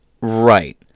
Right